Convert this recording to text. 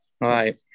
Right